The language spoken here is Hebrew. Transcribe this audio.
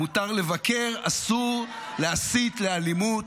מותר לבקר, אסור להסית לאלימות,